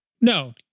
no